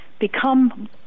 become